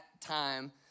time